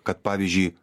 kad pavyzdžiui